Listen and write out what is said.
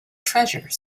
treasure